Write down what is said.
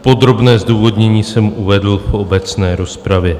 Podrobné zdůvodnění jsem uvedl v obecné rozpravě.